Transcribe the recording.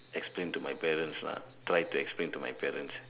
explain to my parents lah try to explain to my parents